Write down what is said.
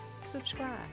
subscribe